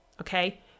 Okay